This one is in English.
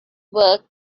work